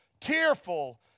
tearful